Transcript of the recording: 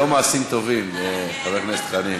יום מעשים טובים, חבר הכנסת חנין.